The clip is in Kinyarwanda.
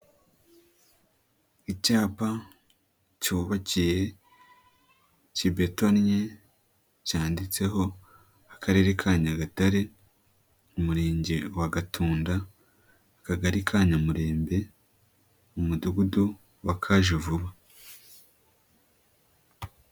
Icyapa, cyubakiye, kibetonnye, cyanditseho, akarere ka Nyagatare, umurenge wa Gatunda, akagari ka Nyamurembe, umudugudu wa Kajevuba.